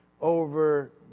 over